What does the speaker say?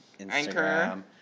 Instagram